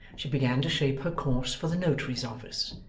she began to shape her course for the notary's office,